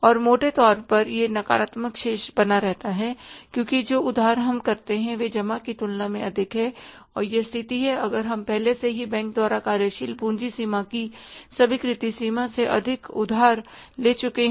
और मोटे तौर पर यह नकारात्मक शेष बना रहता है क्योंकि जो उधार हम करते हैं वे जमा की तुलना में अधिक हैं अगर यह स्थिति है और अगर हम पहले से ही बैंक द्वारा कार्यशील पूंजी सीमा की स्वीकृत सीमा से अधिक उधार ले चुके हैं